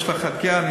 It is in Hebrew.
יש לך המסמך.